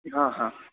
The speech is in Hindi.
हाँ हाँ